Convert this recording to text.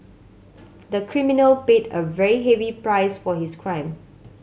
the criminal paid a very heavy price for his crime